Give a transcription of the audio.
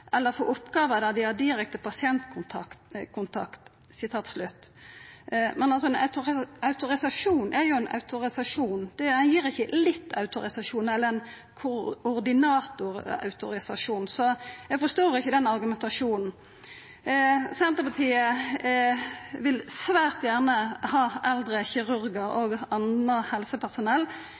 eller få oppgaver der de har direkte pasientkontakt.» Men ein autorisasjon er jo ein autorisasjon. Ein gir ikkje litt autorisasjon eller ein koordinatorautorisasjon. Så eg forstår ikkje den argumentasjonen. Senterpartiet vil svært gjerne ha eldre kirurgar og anna helsepersonell